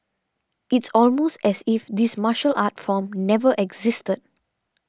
it's almost as if this martial art form never existed